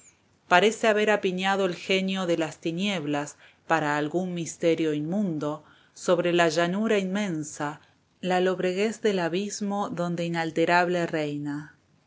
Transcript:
parece haber apiñado el genio de las tinieblas para algún misterio inmundo sobre la llanura inmensa la lobreguez del abismo donde inalterable reina